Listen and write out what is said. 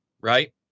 right